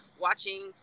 watching